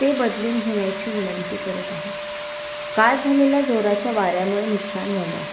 ते बदलून घेन्याची विनंती करत आहे काल झालेल्या जोराच्या वाऱ्यामुळे नुकसान झाले आहे